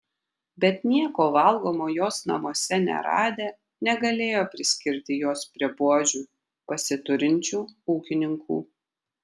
bet nieko valgomo jos namuose neradę negalėjo priskirti jos prie buožių pasiturinčių ūkininkų